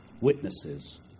witnesses